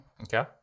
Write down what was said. Okay